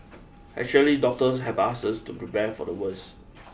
actually doctors have asked us to prepare for the worst